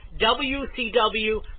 WCW